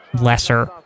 lesser